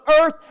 earth